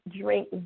drink